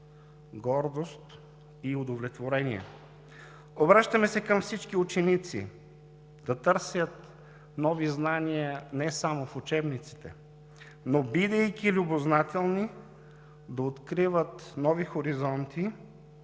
гордост и удовлетворение. Обръщаме се и към всички ученици – да търсят нови знания не само в учебниците, но, бидейки любознателни, да откриват нови хоризонти